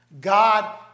God